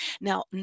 now